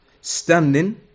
standing